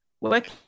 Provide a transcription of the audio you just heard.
work